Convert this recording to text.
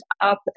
up